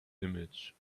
image